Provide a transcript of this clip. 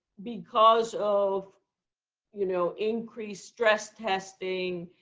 because of you know increased stress testing,